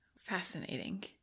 Fascinating